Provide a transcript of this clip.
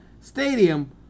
stadium